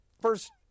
First